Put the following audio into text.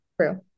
True